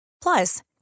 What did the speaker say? Plus